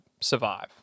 survive